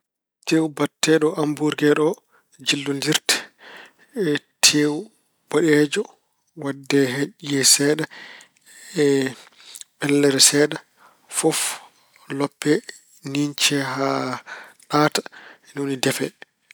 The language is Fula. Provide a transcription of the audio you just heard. Teewu baɗteeɗo ambuurgeer o, jillondirte e teewu boɗeejo. Waɗdee hen ƴiye seeɗa e ɓellere seeɗa. Fof loppee, niincee haa ɗaata. Ni woni defe.